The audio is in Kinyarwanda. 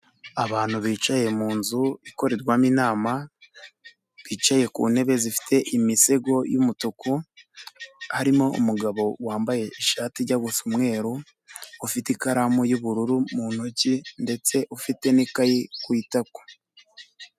Abantu bicaye mu nzu ikorerwamo inama, bicaye ku ntebe zifite imisego y'umutuku, harimo umugabo wambaye ishati ijya gusa umweru, ufite ikaramu y'ubururu mu ntoki ndetse ufite n'ikayi ku itako.